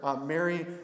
mary